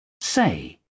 Say